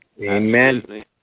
Amen